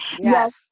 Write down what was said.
Yes